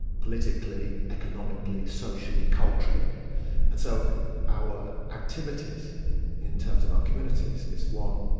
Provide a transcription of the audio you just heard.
politically, economically, socially, culturally and so our activities in terms of our communities is one,